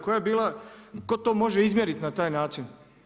Koja je bila, tko to može izmjeriti na taj način?